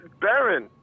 baron